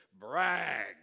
brag